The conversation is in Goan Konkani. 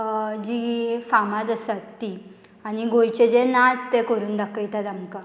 जीं फामाद आसात तीं आनी गोंयचें जे नाच ते करून दाखयतात आमकां